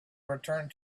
returned